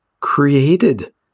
created